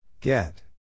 Get